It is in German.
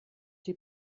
die